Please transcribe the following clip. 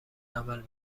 عمل